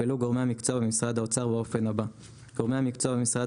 יפעלו גורמי המקצוע במשרד האוצר באופן הבא: גורמי המקצוע במשרד